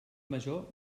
major